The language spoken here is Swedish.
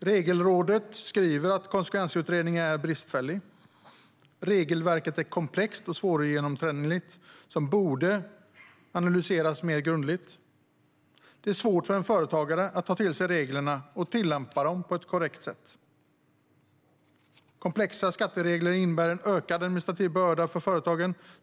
Regelrådet skriver att konsekvensutredningen är bristfällig. Regelverket är komplext och svårgenomträngligt och borde analyseras mer grundligt. Det är svårt för en företagare att ta till sig reglerna och tillämpa dem på ett korrekt sätt. Komplexa skatteregler innebär en ökad administrativ börda för företagen.